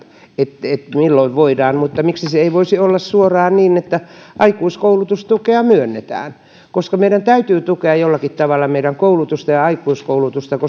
asiat että milloin voidaan mutta miksi se ei voisi olla suoraan niin että aikuiskoulutustukea myönnetään meidän täytyy tukea jollakin tavalla meidän koulutustamme ja aikuiskoulutustamme